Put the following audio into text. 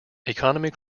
economy